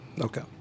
Okay